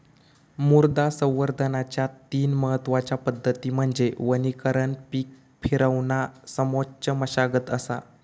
मृदा संवर्धनाच्या तीन महत्वच्या पद्धती म्हणजे वनीकरण पीक फिरवणा समोच्च मशागत असा